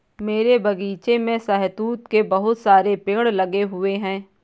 मेरे बगीचे में शहतूत के बहुत सारे पेड़ लगे हुए हैं